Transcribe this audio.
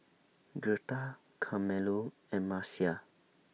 Girtha Carmelo and Marcia